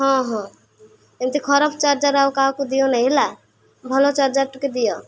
ହଁ ହଁ ଏମିତି ଖରାପ ଚାର୍ଜର ଆଉ କାହାକୁ ଦିଅ ନାହିଁ ହେଲା ଭଲ ଚାର୍ଜର ଟିକେ ଦିଅ